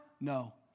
No